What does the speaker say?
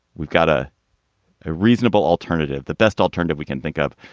we've got a ah reasonable alternative. the best alternative we can think of.